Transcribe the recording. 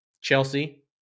Chelsea